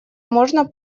можно